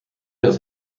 das